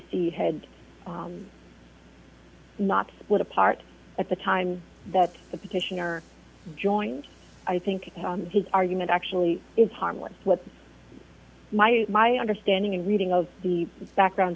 c had not split apart at the time that the petitioner joined i think his argument actually is harmless what my my understanding and reading of the background